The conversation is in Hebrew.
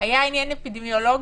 היה עניין אפידמיולוגי?